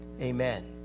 Amen